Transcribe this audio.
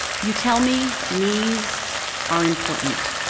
you tell me knees are important.